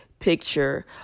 picture